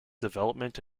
development